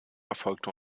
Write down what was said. erfolgte